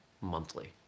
monthly